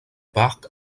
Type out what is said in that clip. parc